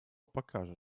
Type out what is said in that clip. покажет